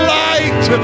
light